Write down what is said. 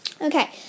Okay